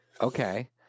Okay